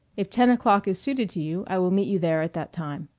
if ten o'clock is suited to you i will meet you there at that time.